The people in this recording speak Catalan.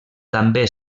també